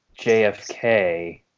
JFK